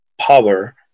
power